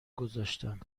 گذاشتم